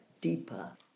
deeper